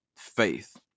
Faith